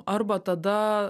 arba tada